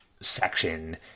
section